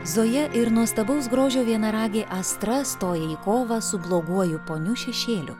zoja ir nuostabaus grožio vienaragė astra stoja į kovą su bloguoju poniu šešėliu